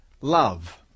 love